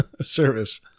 service